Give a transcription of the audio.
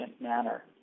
manner